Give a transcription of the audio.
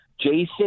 Jason